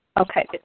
Okay